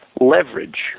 leverage